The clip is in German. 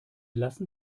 lassen